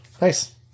nice